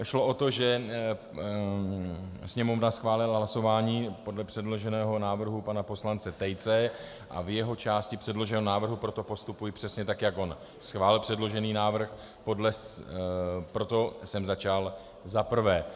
Šlo o to, že Sněmovna schválila hlasování podle předloženého návrhu pana poslance Tejce a v jeho části předloženého návrhu proto postupuji přesně tak, jak on schválil předložený návrh, proto jsem začal za prvé.